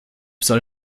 soll